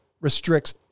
restricts